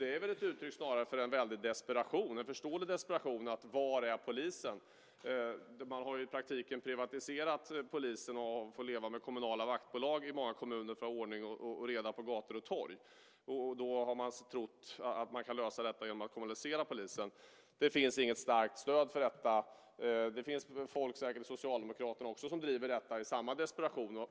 Det är väl snarare ett uttryck för en väldig desperation, en förståelig desperation över: Var är polisen? Man har i praktiken privatiserat polisen och får leva med kommunala vaktbolag i många kommuner för att ha ordning och reda på gator och torg. Då har man trott att man kan lösa detta genom att kommunalisera polisen. Det finns inget starkt stöd för detta. Det finns säkert folk inom socialdemokratin också som driver detta med samma desperation.